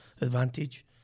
advantage